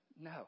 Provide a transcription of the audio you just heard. No